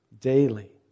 daily